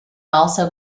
also